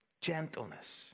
gentleness